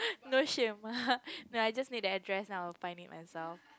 no shame no lah I just need the address now I will find it myself